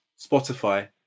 Spotify